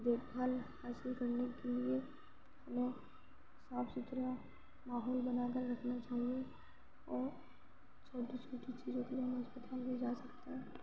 دیکھ بھال حاصل کرنے کے لیے ہمیں صاف سُتھرا ماحول بنا کر رکھنا چاہیے اور چھوٹی چھوٹی چیزوں کے لیے ہم اسپتال بھی جا سکتے ہیں